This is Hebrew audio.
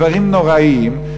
דברים נוראיים,